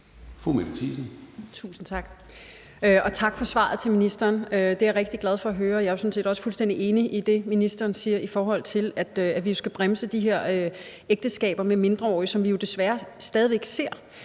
Fru Mette Thiesen.